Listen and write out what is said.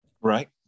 right